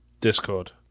Discord